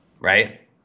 Right